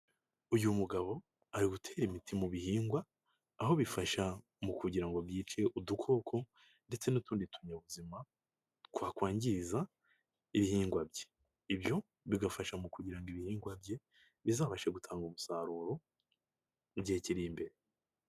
Uyu mugabo ari gutera imiti mu bihingwa, aho bifasha mu kugira ngo byice udukoko ndetse n'utundi tuyabuzima twakwangiza ibihingwa bye, ibyo bigafasha mu kugira ngo ibihingwa bye bizabashe gutanga umusaruro mu gihe kiri imbere.